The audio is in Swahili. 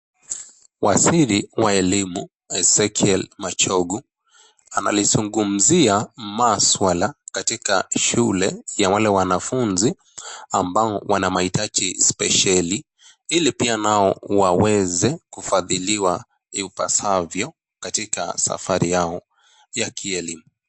Waziri wa walimu Ezekiel Machogo, analizungumzia maswala katika shule ya wale wanafunza ambao wanamahitaji spesheli, hili pia wao waweze kufadhiliwa ipasavyo katika safari yao ya kielimu.